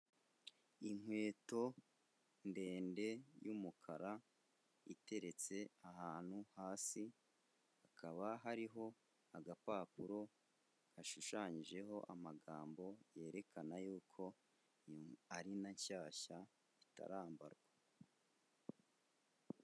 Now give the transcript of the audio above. Inkweto ndende y'umukara iteretse ahantu hasi, hakaba hariho agapapuro gashushanyijeho amagambo yerekana y'uko ari na nshyashya itarambarwa.